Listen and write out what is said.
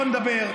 בוא נדבר.